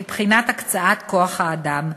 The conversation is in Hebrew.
מבחינת הקצאת כוח-האדם,